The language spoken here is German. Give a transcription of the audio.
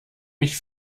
mich